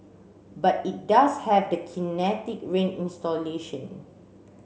but it does have the Kinetic Rain installation